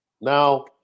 Now